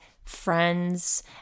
friends